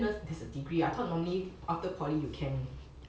oh there's a degree I thought normally after poly you can